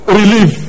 relief